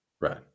Right